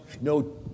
no